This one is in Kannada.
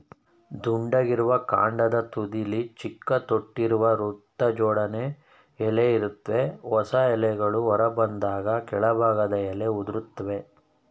ದುಂಡಗಿರುವ ಕಾಂಡದ ತುದಿಲಿ ಚಿಕ್ಕ ತೊಟ್ಟಿರುವ ವೃತ್ತಜೋಡಣೆ ಎಲೆ ಇರ್ತವೆ ಹೊಸ ಎಲೆಗಳು ಹೊರಬಂದಾಗ ಕೆಳಭಾಗದ ಎಲೆ ಉದುರ್ತವೆ